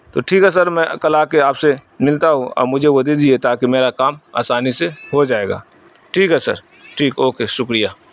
تو ٹھیک ہے سر میں کل آ کے آپ سے ملتا ہوں اور مجھے وہ دے دیجیے تاکہ میرا کام آسانی سے ہو جائے گا ٹھیک ہے سر ٹھیک اوکے شکریہ